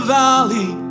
valley